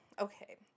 okay